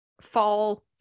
fall